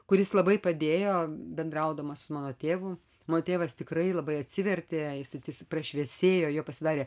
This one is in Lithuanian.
kuris labai padėjo bendraudamas su mano tėvu mano tėvas tikrai labai atsivertė jisai prašviesėjo jo pasidarė